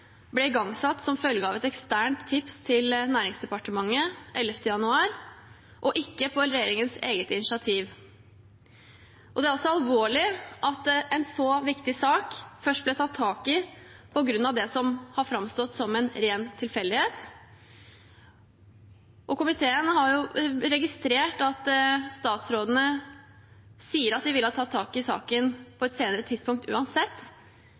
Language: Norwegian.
ble igangsatt som følge av et eksternt tips til Næringsdepartementet 11. januar, ikke på regjeringens eget initiativ. Det er også alvorlig at en så viktig sak først ble tatt tak i på grunn av det som har framstått som en ren tilfeldighet. Komiteen har registrert at statsrådene sier at de ville ha tatt tak i saken på et senere tidspunkt uansett,